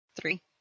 Three